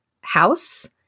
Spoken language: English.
house